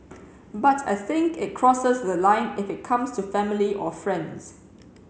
but I think it crosses the line if it comes to family or friends